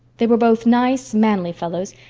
they were both nice, manly fellows,